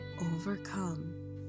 overcome